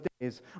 days